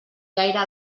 gaire